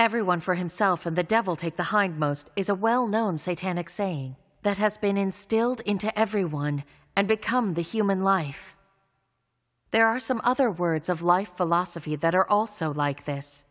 every one for himself and the devil take the hindmost is a well known say tanach sane that has been instilled into everyone and become the human life there are some other words of life philosophy that are also like this